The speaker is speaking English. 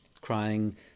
crying